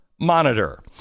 monitor